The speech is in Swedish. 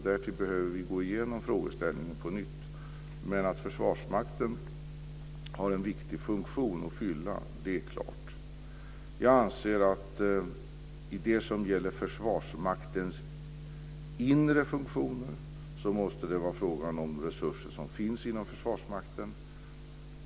Vi behöver gå igenom frågeställningen på nytt. Men det är klart att Försvarsmakten har en viktig funktion att fylla. Jag anser att i det som gäller Försvarsmaktens inre funktioner måste det vara fråga om resurser som finns inom Försvarsmakten.